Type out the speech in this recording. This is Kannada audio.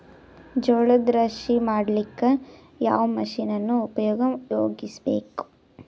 ಜೋಳದ ರಾಶಿ ಮಾಡ್ಲಿಕ್ಕ ಯಾವ ಮಷೀನನ್ನು ಉಪಯೋಗಿಸಬೇಕು?